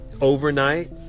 overnight